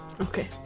Okay